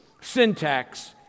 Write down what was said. syntax